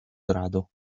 grado